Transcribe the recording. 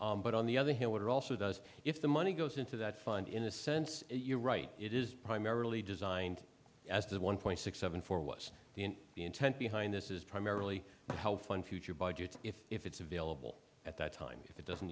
ok but on the other hand what it also does if the money goes into that fund in a sense you're right it is primarily designed as the one point six seven four was the intent behind this is primarily to help fund future budgets if it's available at that time if it doesn't